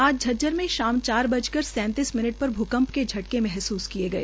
आज झज्जर में शाम चार बजकर सैंतीस मिनट पर भूंकप के के झटके महसूस किए गए